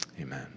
Amen